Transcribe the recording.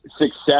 success